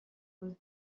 cause